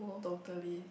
totally